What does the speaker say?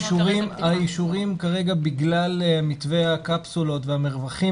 האישורים כרגע בגלל מתווה הקפסולות והמרווחים